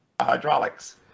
hydraulics